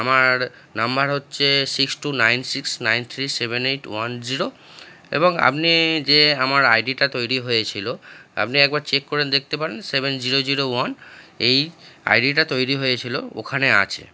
আমার নম্বর হচ্ছে six two nine six nine three seven eight four zero এবং আপনি যে আমার আই ডিটা তৈরি হয়েছিলো আপনি একবার চেক করেন দেখতে পারেন সেভেন জিরো জিরো ওয়ান এই আই ডিটা তৈরি হয়েছিলো ওখানে আছে